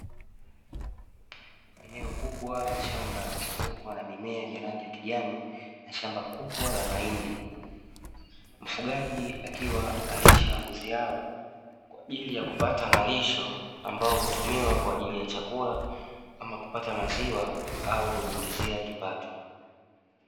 Eneo kubwa la shamba lililozungukwa na mimea yenye rangi ya kijani, na shamba kubwa la mahindi. Mfugaji akiwa analisha mbuzi hao kwa ajili ya kupata malisho, ambao hutumiwa kwa ajili ya chakula ama kupata maziwa au kujiingizia kipato.